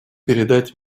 передать